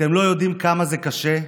אתם לא יודעים כמה זה קשה,